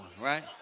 right